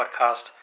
podcast